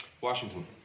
Washington